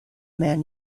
man